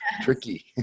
tricky